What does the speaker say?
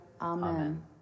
Amen